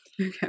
Okay